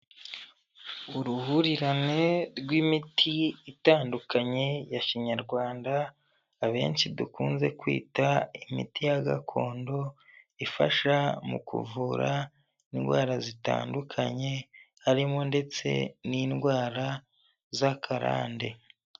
Uruhurirane rw'imiti itandukanye ya kinyarwanda abenshi dukunze kwita imiti ya gakondo ifasha mu kuvura indwara zitandukanye harimo ndetse n'indwara z'akarande.